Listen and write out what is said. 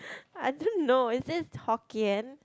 I don't know is this hokkien